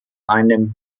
einem